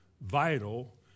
vital